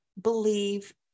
believe